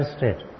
State